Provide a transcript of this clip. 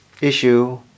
issue